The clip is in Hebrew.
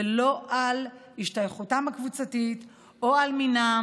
ולא על השתייכותם הקבוצתית או על מינם